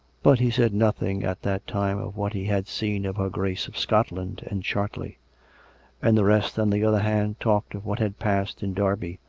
but he said nothing at that time of what he had seen of her grace of scotland, and chart ley and the rest, on the other hand, talked of what had passed in derby,